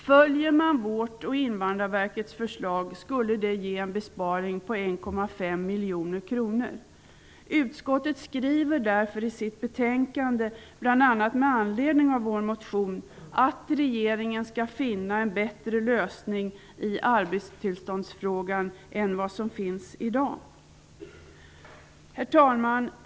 Följer man vårt och Invandrarverkets förslag, skulle det ge en besparing på 1,5 miljoner kronor. Utskottet skriver därför i sitt betänkande, bl.a. med anledning av vår motion, att regeringen skall finna en bättre lösning i arbetstillståndsfrågan än vad som finns i dag. Herr talman!